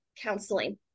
counseling